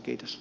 kiitos